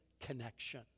connection